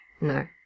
no